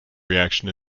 reaction